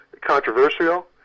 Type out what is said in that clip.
controversial